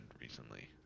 recently